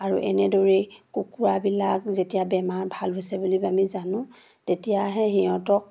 আৰু এনেদৰেই কুকুৰাবিলাক যেতিয়া বেমাৰ ভাল হৈছে বুলি আমি জানো তেতিয়াহে সিহঁতক